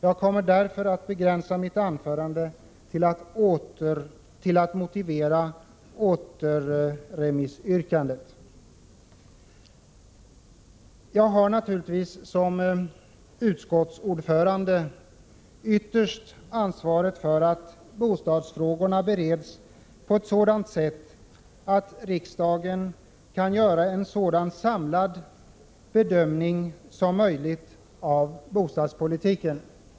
Jag kommer därför att begränsa mitt anförande till att motivera återremissyrkandet. Jag har naturligtvis som utskottsordförande det yttersta ansvaret för att bostadsfrågorna bereds på ett sådant sätt att riksdagen kan göra en så samlad bedömning som möjligt av bostadspolitiken.